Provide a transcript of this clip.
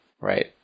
Right